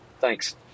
Thanks